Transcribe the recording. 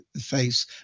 face